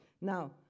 Now